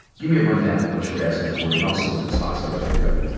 gimme a rundown of what you were askin' for and also what the response was from the governor.